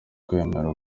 kwemera